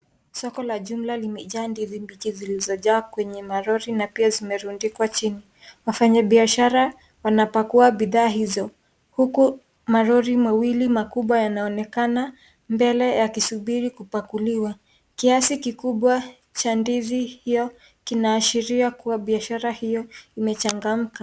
Soko la jumla limejaa ndizi mbichi zilizojaa kwenye malori na pia zimerundikwa chini. Wafanyibiashara wanapakua bidhaa hizo huku malori mawili makubwa yanaonekana mbele yakisubiri kupakuliwa kiasi kikubwa cha ndizi hiyo kinaashiria kuwa biashara hiyo imechangamka.